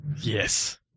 Yes